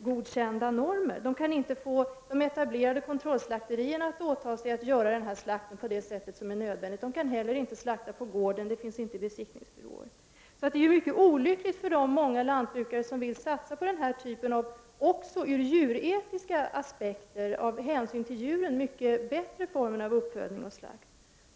godkända normer. De etablerade kontrollslakterierna åtar sig inte att utföra slakten på nödvändigt sätt. Dessa lantbrukare kan inte heller slakta på gården, eftersom det inte finns besiktningsbyråer. Detta är därför mycket olyckligt för de många lantbrukare som även ur djuretiska aspekter vill satsa på denna bättre form av uppfödning och slakt.